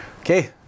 Okay